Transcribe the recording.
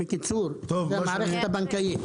בקיצור, זה המערכת הבנקאית.